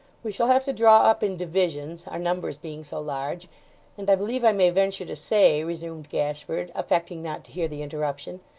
we shall have to draw up in divisions, our numbers being so large and, i believe i may venture to say resumed gashford, affecting not to hear the interruption,